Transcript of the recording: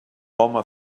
home